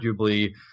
arguably